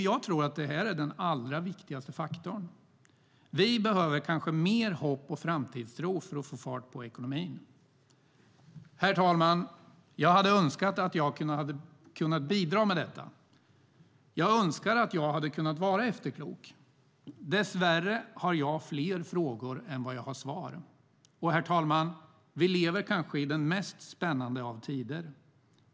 Jag tror att mer hopp och framtidstro är den allra viktigaste faktorn för att få fart på ekonomin. Herr talman! Jag hade önskat att jag kunnat bidra med detta. Jag önskar att jag hade kunnat vara efterklok. Dessvärre har jag fler frågor än svar. Och, herr talman, vi lever kanske i den mest spännande av tider.